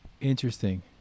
Interesting